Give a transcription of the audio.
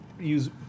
Use